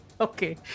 Okay